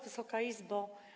Wysoka Izbo!